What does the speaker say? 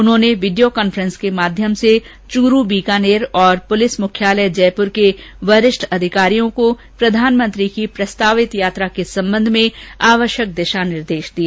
उन्होंने video conferencing र्क माध्यम से चूरू बीकानेर तथा पुलिस मुख्यालय जयपुर के वरिष्ठ अधिकारियों को प्रधानमंत्री की प्रस्तावित यात्रा के संबंध में आवश्यक दिशा निर्देश दिए